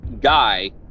guy